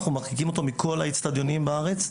אנחנו מרחיקים אותו מכל האצטדיונים בארץ.